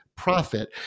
profit